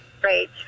great